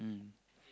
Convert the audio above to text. mm